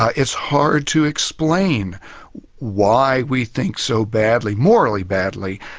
ah it's hard to explain why we think so badly, morally badly,